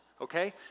okay